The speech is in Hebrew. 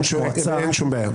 אין שום בעיה.